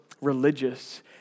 religious